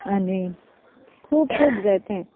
आनी खूब खूब जायते